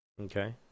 Okay